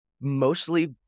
Mostly